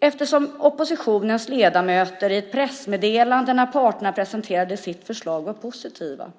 eftersom oppositionens ledamöter i ett pressmeddelande när parterna presenterade sitt förslag var positiva.